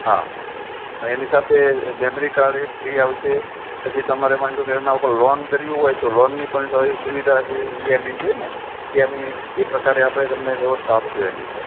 હા પણ એની સાથે મેમરી કાર્ડ એક ફ્રી આવશે પછી તમારે માની લો કે એની ઉપર લોન કરવી હોય તો લોનની પણ સવિ સુવિધા છે ઈ એમ ઈ કે ને ઇ એમ ઇ એ પ્રકારે આપણે તમને વ્યવસ્થા આપશું એની અંદર